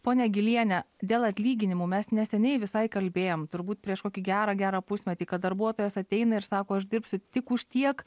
ponia giliene dėl atlyginimų mes neseniai visai kalbėjom turbūt prieš kokį gerą gerą pusmetį kad darbuotojas ateina ir sako aš dirbsiu tik už tiek